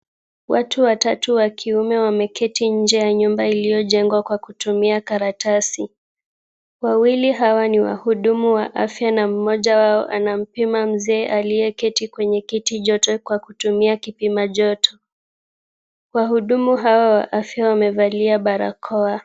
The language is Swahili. Watu watatu wa kiume wameketi nje ya nyumba iliyojengwa kwa kutumia karatasi. Wawili hawa ni wahudumu wa afya na mmoja wao anampima mzee aliyeketi kwenye kiti joto kwa kutumia kipimajoto. Wahudumu hawa wa afya wamevalia barakoa.